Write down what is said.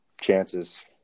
Chances